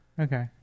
Okay